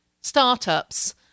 startups